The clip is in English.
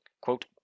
quote